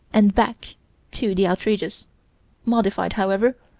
and back to the outrageous modified, however,